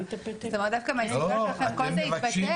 זאת אומרת דווקא מההסתייגויות שלכם כל זה יתבטל.